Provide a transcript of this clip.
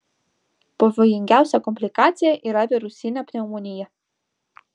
pavojingiausia komplikacija yra virusinė pneumonija